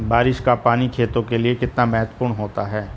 बारिश का पानी खेतों के लिये कितना महत्वपूर्ण होता है?